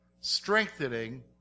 strengthening